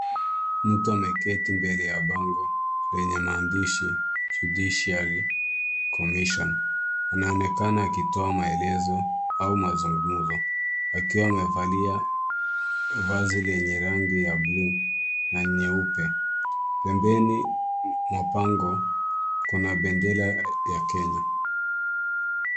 Mtu ameketi mbele ya bango lenye maandishi Judiciary commission . Anatoa maelezo au mazungumzo. Akiwa amevalia vazi lenye rangi ya bluu na nyeupe. Pembeni mwa bango kuna bendera ya Kenya.